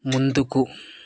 ముందుకు